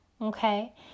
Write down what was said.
okay